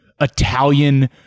Italian